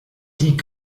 die